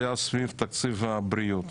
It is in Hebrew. סביב תקציב הבריאות.